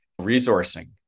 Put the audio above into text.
resourcing